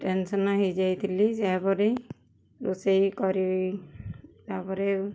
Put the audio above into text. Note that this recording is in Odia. ଟେନସନ୍ ହେଇଯାଇଥିଲି ଯାହାପରେ ରୋଷେଇ କରି ତାପରେ